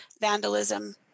vandalism